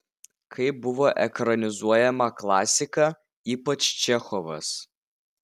kaip buvo ekranizuojama klasika ypač čechovas